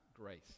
grace